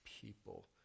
people